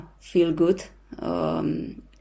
feel-good